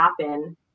happen